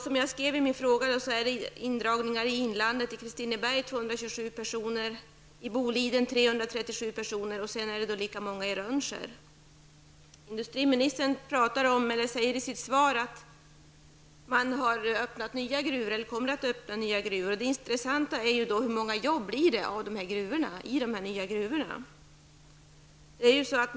Som jag skrev i min fråga kommer det fram till årsskiftet 1992-1993 att ske indragningar i inlandet -- i Kristineberg 227 Industriministern säger i sitt svar att man kommer att öppna nya gruvor. Det intressanta är hur många jobb som kommer att skapas i dessa nya gruvor.